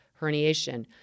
herniation